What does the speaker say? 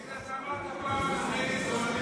תגיד, אתה אמרת פעם משהו נגד "שמאלנים בוגדים"?